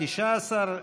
19,